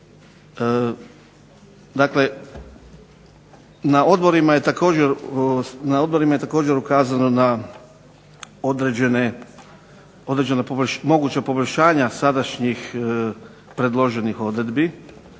Dakle, na odborima je također ukazano na određena moguća poboljšanja sadašnjih predloženih odredbi